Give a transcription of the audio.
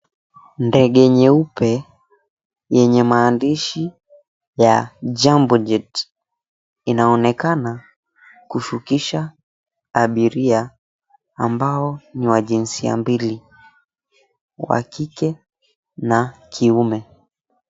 Ndege nyeupe yenye maandishi ya Jambo Jet inaonekana kushukisha abiria ambao ni wa jinsia mbili; wa kike na wa kiume.